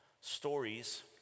stories